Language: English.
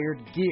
gear